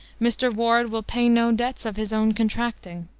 mr. ward will pay no debts of his own contracting.